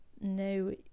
no